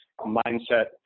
mindset